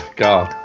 god